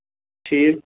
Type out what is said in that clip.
ٹھیٖک